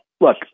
look